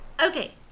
Okay